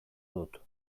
dut